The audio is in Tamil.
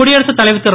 குடியரசுத் தலைவர் திரு